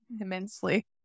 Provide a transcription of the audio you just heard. immensely